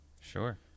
Sure